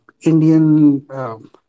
Indian